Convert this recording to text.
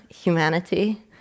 humanity